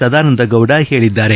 ಸದಾನಂದಗೌಡ ಹೇಳಿದ್ದಾರೆ